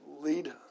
lead